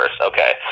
okay